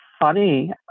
funny